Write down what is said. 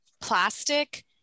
plastic